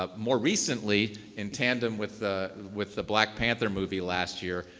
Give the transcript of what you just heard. ah more recently, in tandem with the with the black panther movie last year,